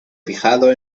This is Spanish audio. fijado